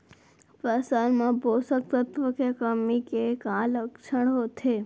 फसल मा पोसक तत्व के कमी के का लक्षण होथे?